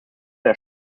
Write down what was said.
der